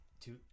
Two